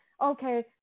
Okay